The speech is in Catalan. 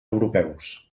europeus